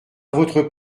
votre